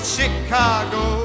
Chicago